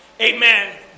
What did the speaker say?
Amen